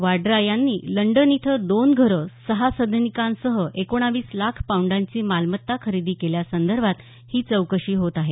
वाड्या यांनी लंडन इथं दोन घरं सहा सदनिकांसह एकोणीस लाख पाऊंडाची मालमत्ता खरेदी केल्यासंदर्भात ही चौकशी होत आहे